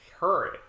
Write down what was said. hurry